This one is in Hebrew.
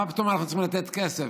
מה פתאום אנחנו צריכים לתת כסף?